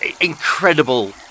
incredible